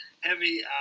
heavy